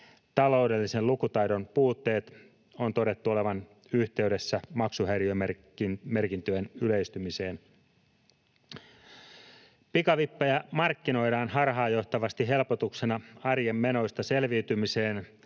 Taloudellisen lukutaidon puutteiden on todettu olevan yhteydessä maksuhäiriömerkintöjen yleistymiseen. Pikavippejä markkinoidaan harhaanjohtavasti helpotuksena arjen menoista selviytymiseen